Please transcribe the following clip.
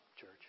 church